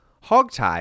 hogtie